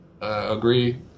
agree